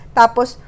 tapos